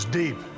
deep